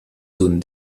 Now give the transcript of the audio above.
zones